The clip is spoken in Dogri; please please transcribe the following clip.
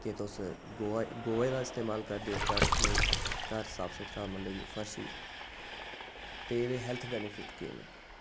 कि तुस गोहे दा इस्तेमाल करदे ओ घर रक्खने घर साफ सुथरा मतलब फर्श गी ते एह्दे हैल्थ बैनिफेट केह् न